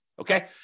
okay